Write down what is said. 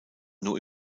nur